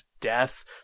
death